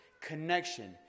connection